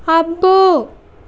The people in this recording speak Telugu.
అబ్బో